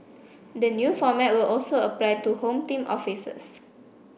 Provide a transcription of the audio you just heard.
the new format will also apply to Home Team officers